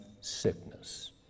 sickness